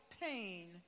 pain